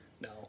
No